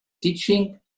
teaching